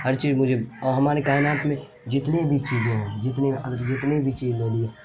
ہر چیز مجھے اور ہمارے کائنات میں جتنی بھی چیزیں ہیں جتنی جتنی بھی چیزیں ہیں